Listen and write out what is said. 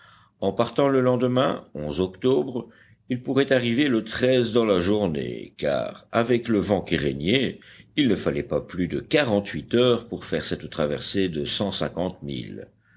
en partant le lendemain octobre ils pourraient arriver le dans la journée car avec le vent qui régnait il ne fallait pas plus de quarante-huit heures pour faire cette traversée de